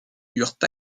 eurent